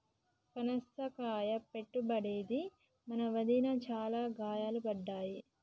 పనస కాయల చెట్టు పెట్టింది మా వదిన, చాల కాయలు పడ్డాయి